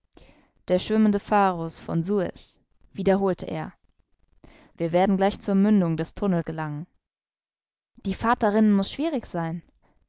der schwimmende pharus von suez wiederholte er wir werden gleich zur mündung des tunnel gelangen die fahrt darinnen muß schwierig sein